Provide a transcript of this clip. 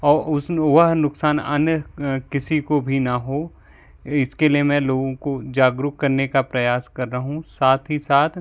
और उसमें वह नुकसान आने किसी को भी ना हो इसके लिए मैं लोगों को जागरूक करने का प्रयास कर रहा हूँ साथ ही साथ